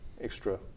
extra